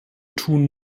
tun